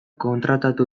kontratatu